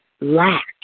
lack